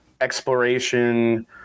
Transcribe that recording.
exploration